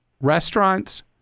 restaurants